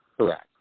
Correct